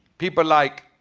people like.